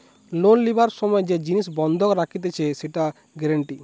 loan লিবার সময় যে জিনিস বন্ধক রাখতিছে সেটা গ্যারান্টি